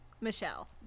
Michelle